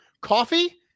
Coffee